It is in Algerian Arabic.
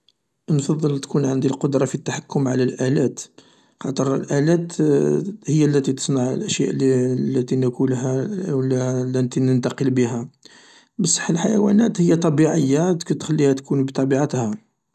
نفضل تكون عندي القدرة في التحكم على الآلات خاطر الآلات هي التي تصنع الاشياء التي نأكلها و التي ننتقل بها بصح الحيوانات هي طبيعية نخليها تكون بطبيعتها.